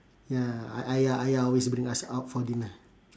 ya I I I always bring us out for dinner